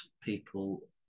people